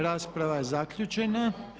Rasprava je zaključena.